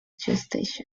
gestation